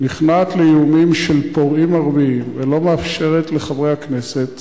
נכנעת לאיומים של פורעים ערבים ולא מאפשרת לחברי הכנסת